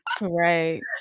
Right